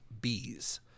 bees